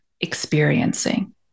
experiencing